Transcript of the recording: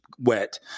wet